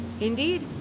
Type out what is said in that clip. indeed